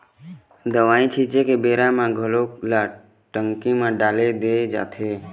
दवई छिंचे के बेरा म घोल ल टंकी म डाल दे जाथे